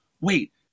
wait